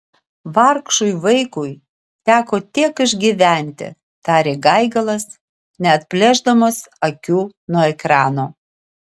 vargšui vaikui teko tiek išgyventi tarė gaigalas neatplėšdamas akių nuo ekrano